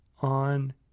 on